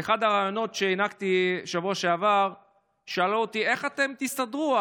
באחד הראיונות שהענקתי בשבוע שעבר שאלו אותי: איך אתם תסתדרו?